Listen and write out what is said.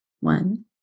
One